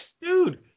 Dude